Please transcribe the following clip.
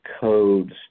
codes